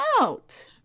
out